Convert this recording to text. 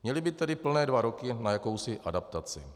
Měli by tedy plné dva roky na jakousi adaptaci.